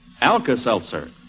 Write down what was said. Alka-Seltzer